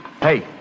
Hey